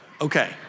Okay